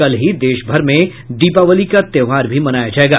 कल ही देशभर में दिपावली का त्यौहार भी मनाया जायेगा